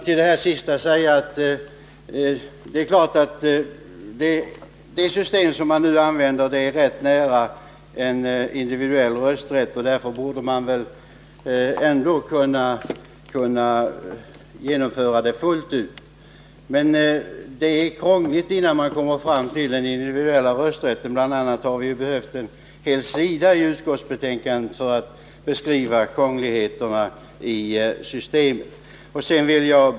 Herr talman! Det nuvarande systemet innebär i det närmaste individuell rösträtt, och därför borde man väl ändå kunna genomföra en sådan fullt ut. Det är krångligt innan man kommer fram till den individuella rösträtten — vi hart.ex. behövt en hel sida i betänkandet för att beskriva krångligheterna i systemet.